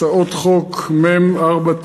הצעות חוק מ/494.